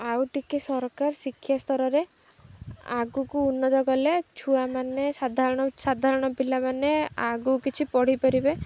ଆଉ ଟିକେ ସରକାର ଶିକ୍ଷା ସ୍ତରରେ ଆଗକୁ ଉନ୍ନତ କଲେ ଛୁଆମାନେ ସାଧାରଣ ସାଧାରଣ ପିଲାମାନେ ଆଗକୁ କିଛି ପଢ଼ିପାରିବେ